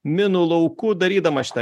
minų lauku darydama šitą